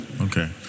okay